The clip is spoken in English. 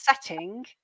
setting